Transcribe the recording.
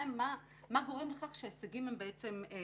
מה גורם לכך שההישגים נמוכים.